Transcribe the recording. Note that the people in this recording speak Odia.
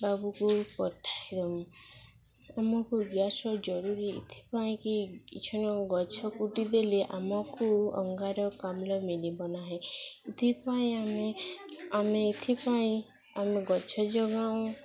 ବାବୁକୁ ପଠାଇଦମୁ ଆମକୁ ଗ୍ୟାସର ଜରୁରୀ ଏଥିପାଇଁ କି କିଛିଣ ଗଛ କୁଟିଦେଲେ ଆମକୁ ଅଙ୍ଗାରକାମ୍ଳ ମିଳିବ ନାହିଁ ଏଥିପାଇଁ ଆମେ ଆମେ ଏଥିପାଇଁ ଆମେ ଗଛ ଯୋଗାଉଁ